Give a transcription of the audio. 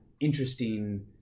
interesting